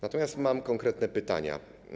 Natomiast mam konkretne pytania.